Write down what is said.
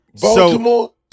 Baltimore